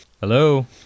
Hello